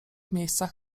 miejscach